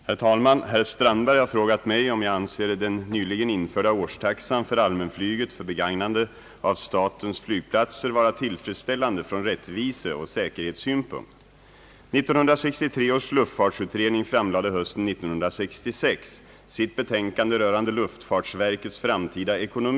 Herr talman! Herr Strandberg har frågat mig om jag anser den nyligen införda årstaxan för allmänflyget för begagnande av statens flygplatser vara tillfredsställande från rättviseoch säkerhetssynpunkt. organisation.